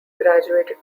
graduated